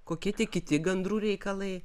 kokie kiti gandrų reikalai